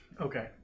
okay